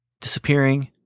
disappearing